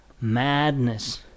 madness